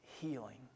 healing